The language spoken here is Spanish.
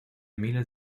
miles